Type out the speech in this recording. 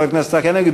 חבר הכנסת צחי הנגבי,